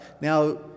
Now